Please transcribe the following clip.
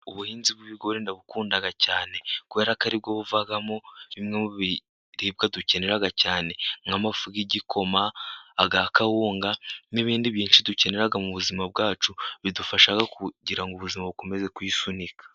Ubuhinzi bw'ibigori ndabukunda cyane kubera ko ari bwo buvagamo bimwe mu biribwa dukenera cyane nkamafu y'igikoma, aya kawunga n'ibindi bintu dukenera mu buzima bwacu, bidufasha kugira ngo ubuzima bukomeze kwisunika.